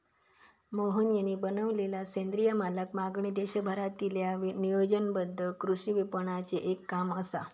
मोहन यांनी बनवलेलला सेंद्रिय मालाक मागणी देशभरातील्या नियोजनबद्ध कृषी विपणनाचे एक काम असा